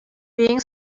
being